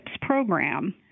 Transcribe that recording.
program